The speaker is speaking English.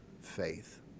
faith